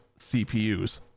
CPUs